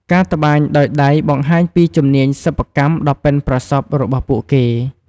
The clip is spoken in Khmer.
ការត្បាញដោយដៃបង្ហាញពីជំនាញសិប្បកម្មដ៏ប៉ិនប្រសប់របស់ពួកគេ។